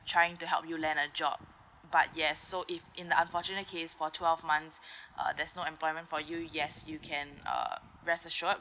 trying to help you land a job but yes so if in unfortunate case for twelve months uh there's no employment for you yes you can uh rest assured